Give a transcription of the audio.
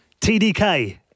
TDK